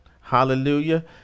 Hallelujah